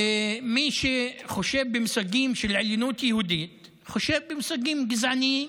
ומי שחושב במושגים של עליונות יהודית חושב במושגים גזעניים.